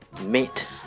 meet